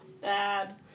Bad